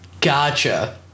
Gotcha